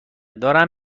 دارم